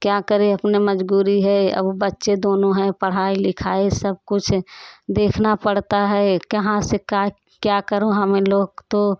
क्या करें अपने मजबूरी है अब बच्चे दोनों हैं पढ़ाई लिखाई सब कुछ देखना पड़ता है कहाँ से का क्या करूँ हमें लोग तो